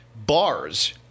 bars